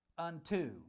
Unto